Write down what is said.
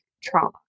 trauma